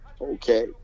Okay